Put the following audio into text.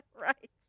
Right